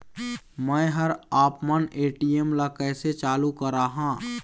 मैं हर आपमन ए.टी.एम ला कैसे चालू कराहां?